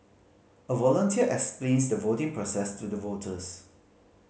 a volunteer explains the voting process to the voters